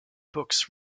books